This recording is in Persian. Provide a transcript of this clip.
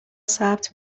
ثبت